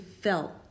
felt